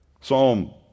Psalm